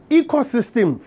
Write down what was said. ecosystem